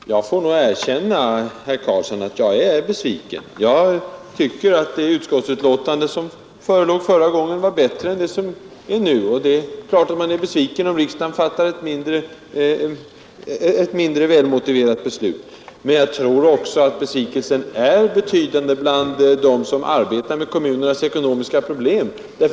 Herr talman! Jag får nog erkänna, herr Karlsson i Huskvarna, att jag är besviken. Jag tycker att det utskottsbetänkande som förelåg förra gången var bättre än det som föreligger nu. Det är klart att man är besviken om riksdagen fattar ett mindre välmotiverat beslut. Men jag tror också att besvikelsen är betydande bland dem som arbetar med kommunernas ekonomiska problem.